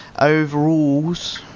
Overalls